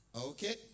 Okay